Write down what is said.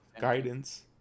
guidance